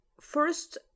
first